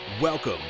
Welcome